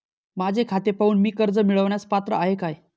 माझे खाते पाहून मी कर्ज मिळवण्यास पात्र आहे काय?